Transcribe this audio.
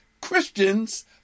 Christians